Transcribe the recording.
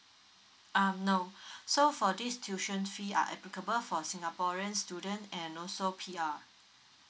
um no so for this tuition fee are applicable for singaporeans student and also P_R